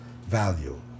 value